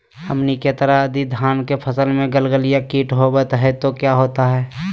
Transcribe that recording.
हमनी के तरह यदि धान के फसल में गलगलिया किट होबत है तो क्या होता ह?